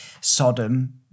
Sodom